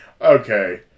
okay